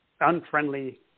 unfriendly